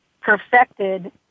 perfected